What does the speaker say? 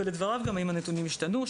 ולדבריו גם האם הנתונים השתנו.